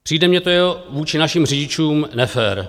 Přijde mně to vůči našim řidičům nefér.